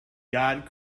god